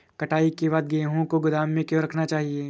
कटाई के बाद गेहूँ को गोदाम में क्यो रखना चाहिए?